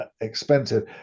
expensive